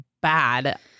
bad